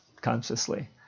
consciously